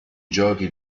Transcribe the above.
giochi